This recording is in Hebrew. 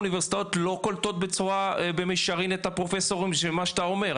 האוניברסיטאות לא קולטות במישרין את הפרופסורים זה מה שאתה אומר?